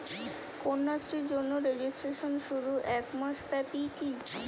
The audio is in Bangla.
কন্যাশ্রীর জন্য রেজিস্ট্রেশন শুধু এক মাস ব্যাপীই কি?